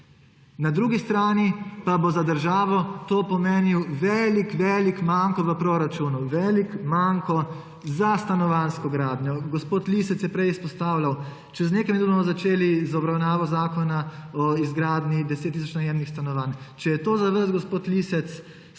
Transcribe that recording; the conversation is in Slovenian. Na drugi strani pa bo za državo to pomenilo velik velik manko v proračunu, velik manko za stanovanjsko gradnjo. Gospod Lisec je prej izpostavljal, da bomo čez nekaj minut začeli z obravnavo zakona o izgradnji 10 tisoč najemnih stanovanj. Če je to za vas, gospod Lisec,